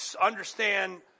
understand